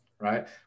Right